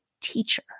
teacher